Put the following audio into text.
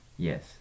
yes